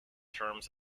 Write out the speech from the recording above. terms